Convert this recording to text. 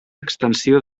extensió